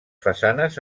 façanes